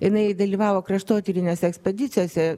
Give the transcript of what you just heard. jinai dalyvavo kraštotyrinėse ekspedicijose